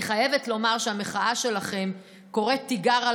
אני חייבת לומר שהמחאה שלכם קוראת תיגר על